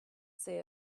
say